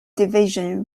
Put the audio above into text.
division